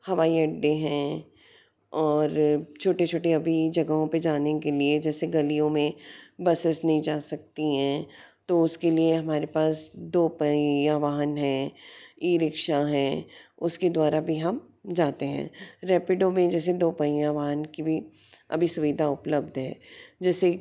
हवाई अड्डे हैं और छोटे छोटे अभी जगहों पे जाने के लिए जैसे गलियो में बसेस नहीं जा सकती हैं तो उसके लिए हमारे पास दो पहिया वाहन है ई रिक्शा हैं उसके द्वारा भी हम जाते हैं रैपिडो में जैसे दो पहियाँ वाहन की भी अभी सुविधा उपलाभ है जैसे